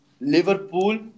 Liverpool